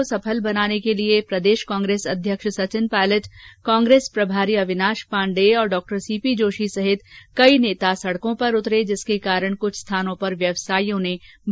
बंद को संफल बनाने के लिये प्रदेश कांग्रेस अध्यक्ष सचिन पायलट कांग्रेस प्रभारी अविनाश पांडे और डॉ सीपी जोशी सहित कई नेता सड़कों पर उतरे जिसके कारण कुछ स्थानों पर व्यवसाइयों ने बाजार बंद रखा